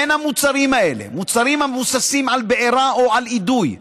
בין המוצרים האלה מוצרים המבוססים על בעירה או על אידוי,